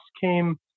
came